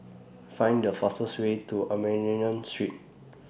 Find The fastest Way to Armenian Street